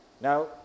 Now